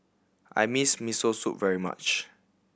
I miss Miso Soup very much